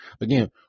Again